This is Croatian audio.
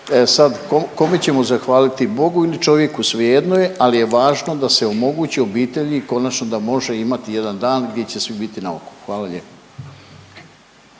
sad kome ćemo zahvaliti Bogu ili čovjeku svejedno je, al je važno da se omogući obitelji konačno da može imati jedan dan gdje će svi biti na okupu, hvala lijepo.